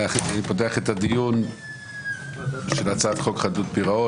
אני פותח את הדיון בהצעת חוק חדלות פירעון